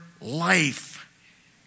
life